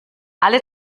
alle